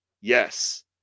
Yes